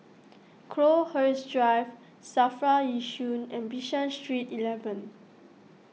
Crowhurst Drive Safra Yishun and Bishan Street Eeleven